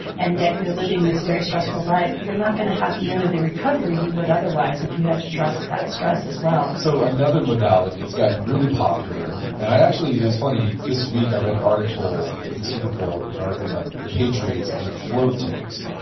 and yet, you're living this very stressful life, you're not going to have nearly the recovery you would otherwise if you had to dress that stress as well so another modality that's gotten really popular, and i actually, it's funny, this week, i read an article with the super bowl. there was an article about the patriots in float tanks,